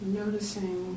noticing